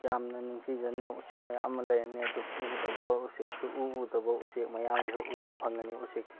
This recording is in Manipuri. ꯌꯥꯝꯅ ꯅꯤꯡꯊꯤꯖꯅ ꯎꯆꯦꯛ ꯃꯌꯥꯝ ꯑꯃ ꯂꯩꯔꯅꯤ ꯑꯗꯨ ꯎꯗꯕ ꯎꯆꯦꯛ ꯁꯨꯛꯎ ꯎꯗꯕ ꯎꯆꯦꯛ ꯃꯌꯥꯝ ꯑꯃꯁꯨ ꯎꯕ ꯐꯪꯂꯅꯤ ꯎꯆꯦꯛꯇꯨ